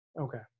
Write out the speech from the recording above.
Okay